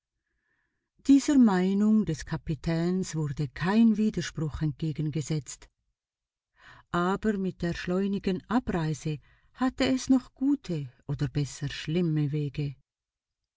dieser meinung des kapitäns wurde kein widerspruch entgegengesetzt aber mit der schleunigen abreise hatte es noch gute oder besser schlimme wege